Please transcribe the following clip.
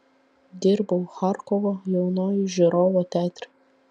dirbau charkovo jaunojo žiūrovo teatre